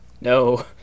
No